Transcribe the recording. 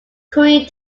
korean